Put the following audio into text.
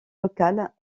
locales